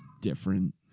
different